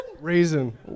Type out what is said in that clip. Reason